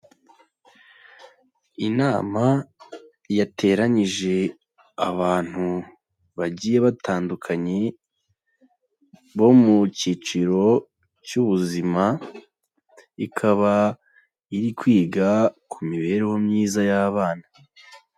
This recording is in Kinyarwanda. Inama yateranyije abantu bagiye batandukanye bo mu cyiciro cy'ubuzima, ikaba iri kwiga ku mibereho myiza y'abana.